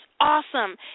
awesome